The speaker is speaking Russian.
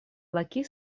лакей